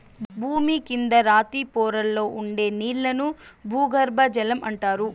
భూమి కింద రాతి పొరల్లో ఉండే నీళ్ళను భూగర్బజలం అంటారు